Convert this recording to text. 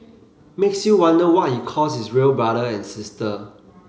makes you wonder what he calls his real brother and sister